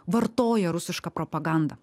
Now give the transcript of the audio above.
vartoja rusišką propagandą